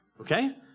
okay